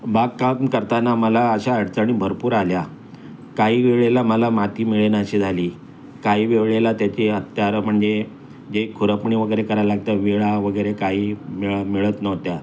बागकाम करताना मला अशा अडचणी भरपूर आल्या काही वेळेला मला माती मिळेनाशी झाली काही वेळेला त्याची हत्यारं म्हणजे जे खुरपणी वगैरे करायला लागतं वेळा वगैरे काही मिळ मिळत नव्हत्या